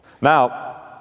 Now